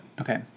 Okay